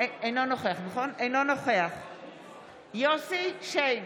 אינו נוכח יוסף שיין,